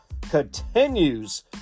continues